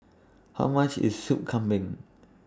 How much IS Soup Kambing